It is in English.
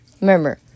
Remember